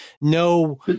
no